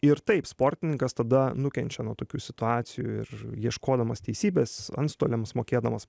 ir taip sportininkas tada nukenčia nuo tokių situacijų ir ieškodamas teisybės antstoliams mokėdamas